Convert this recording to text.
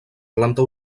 planta